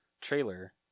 trailer